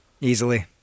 Easily